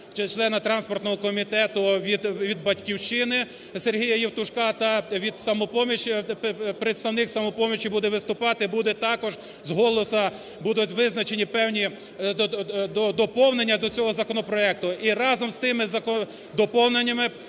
члена транспортного комітету, від "Батьківщини" Сергія Євтушка та від "Самопомочі", представник "Самопомочі" буде виступати, буде також, з голосу будуть визначені певні доповнення до цього законопроекту. І разом з тими доповненнями